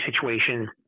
situation